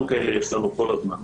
גם כאלה יש לנו כל הזמן.